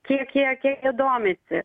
kiek kiek kiek jie domisi